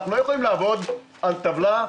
אנחנו לא יכולים לעבוד על טבלה,